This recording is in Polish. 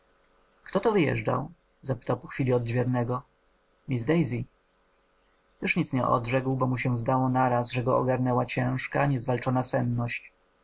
kto tu wyjeżdżał zapytał po chwili odźwiernego miss daisy już nic nie odrzekł bo mu się zdało naraz że go ogarnęła ciężka niezwalczona senność